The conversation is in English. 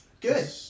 Good